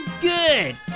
Good